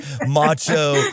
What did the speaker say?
macho